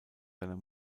seiner